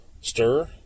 stir